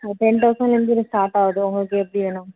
ஒரு டென் தௌசண்ட்டிலேருந்து இது ஸ்டார்ட் ஆகுது உங்களுக்கு எப்படி வேணும்